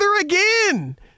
again